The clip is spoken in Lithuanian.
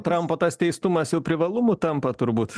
trampo tas teistumas jau privalumu tampa turbūt